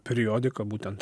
periodiką būtent